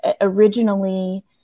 originally